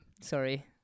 sorry